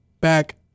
back